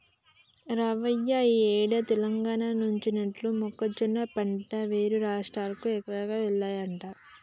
రావయ్య ఈ ఏడు తెలంగాణ నుంచేనట మొక్కజొన్న పంట వేరే రాష్ట్రాలకు ఎక్కువగా వెల్లాయట